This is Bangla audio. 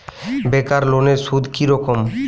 বেকার লোনের সুদ কি রকম?